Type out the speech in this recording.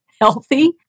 healthy